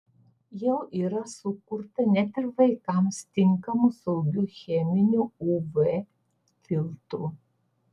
jau yra sukurta net ir vaikams tinkamų saugių cheminių uv filtrų